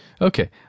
Okay